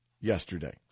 yesterday